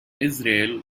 israel